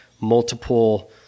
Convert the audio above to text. multiple